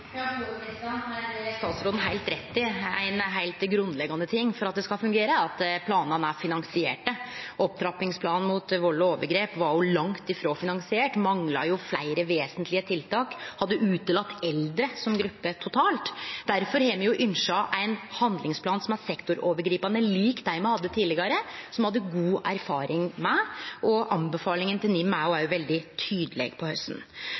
statsråden heilt rett i – ein heilt grunnleggjande ting for at det skal fungere, er at planane er finansierte. Opptrappingsplanen mot vald og overgrep var jo langt ifrå finansiert, mangla fleire vesentlege tiltak og hadde utelate eldre som gruppe totalt. Difor har me ynskt ein handlingsplan som er sektorovergripande, lik dei me hadde tidlegare og hadde god erfaring med.